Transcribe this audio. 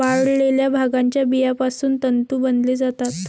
वाळलेल्या भांगाच्या बियापासून तंतू बनवले जातात